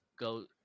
go